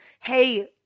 hey